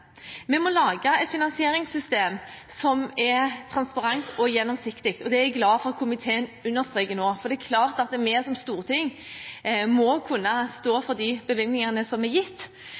Vi må lage et finansieringssystem som er transparent og gjennomsiktig. Det er jeg glad for at komiteen understreker. Vi som storting må kunne stå for de bevilgningene som er gitt.